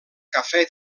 cafè